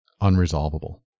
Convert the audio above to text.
unresolvable